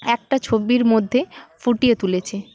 একটা ছবির মধ্যে ফুটিয়ে তুলেছে